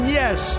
yes